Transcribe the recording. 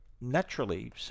naturally